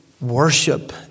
worship